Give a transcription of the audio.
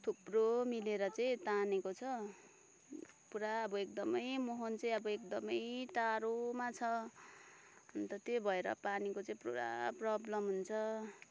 थुप्रो मिलेर चाहिँ तानेको छ पुरा अब एकदमै मुहान चाहिँ अब एकदमै टाढोमा छ अन्त त्यही भएर पानीको चाहिँ पुरा प्रब्लम हुन्छ